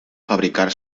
fabricar